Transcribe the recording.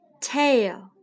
tail